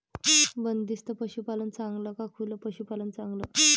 बंदिस्त पशूपालन चांगलं का खुलं पशूपालन चांगलं?